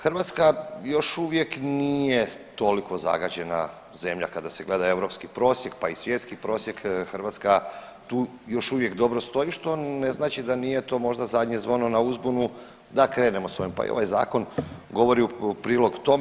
Hrvatska još uvijek nije toliko zagađena zemlja kada se gleda europski prosjek, pa i svjetski prosjek, Hrvatska tu još uvijek dobro stoji, što ne znači da nije to možda zadnje zvono na uzbunu da krenemo s ovim, pa i ovaj zakon govori u prilog tome.